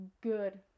good